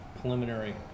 preliminary